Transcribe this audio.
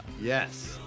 Yes